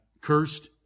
cursed